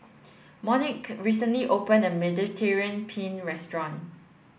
Monique recently opened a Mediterranean Penne restaurant